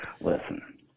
listen